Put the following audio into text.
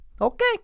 okay